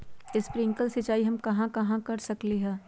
Sprinkle सिंचाई हम कहाँ कहाँ कर सकली ह?